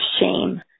shame